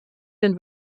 den